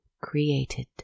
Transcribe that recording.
created